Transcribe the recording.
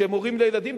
שהם הורים לילדים,